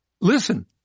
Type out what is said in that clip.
Listen